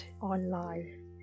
online